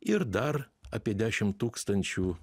ir dar apie dešim tūkstančių